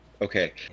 okay